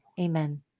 Amen